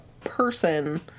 person